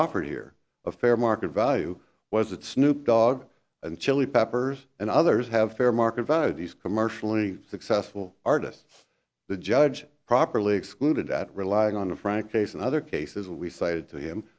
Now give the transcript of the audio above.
offered here of fair market value was that snoop dog and chili peppers and others have fair market value these commercially successful artists the judge properly excluded that relying on a frank case and other cases we cited to him